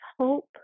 hope